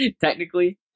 Technically